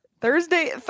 Thursday